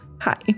Hi